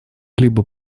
либо